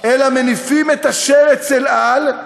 אלא מניפים את השרץ אל על,